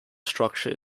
structure